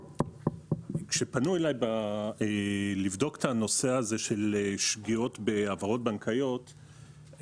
כשפנו אלי לבדוק את הנושא הזה של שגיאות בהעברות בנקאיות,